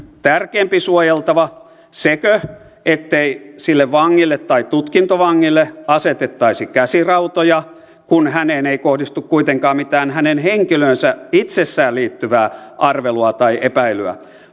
tärkeämpi suojeltava sekö ettei sille vangille tai tutkintovangille asetettaisi käsirautoja kun häneen ei kohdistu kuitenkaan mitään hänen henkilöönsä itsessään liittyvää arvelua tai epäilyä